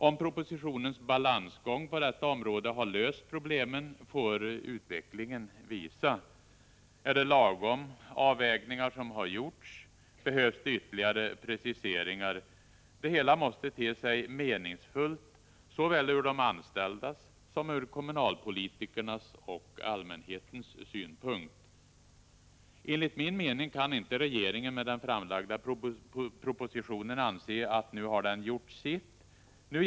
Om propositionens balansgång på detta område har löst problemen får utvecklingen visa. Är det lagom avvägningar som gjorts? Behövs ytterligare preciseringar? Det hela måste te sig meningsfullt såväl ur de anställdas som ur kommunalpolitikernas och allmänhetens synpunkt. Enligt min mening kan inte regeringen med den framlagda propositionen anse att den nu har gjort 21 sitt. Nu.